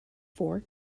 four